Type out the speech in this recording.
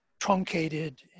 truncated